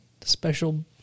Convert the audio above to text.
special